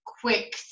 quick